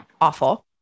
awful